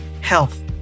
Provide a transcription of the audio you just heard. health